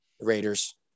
Raiders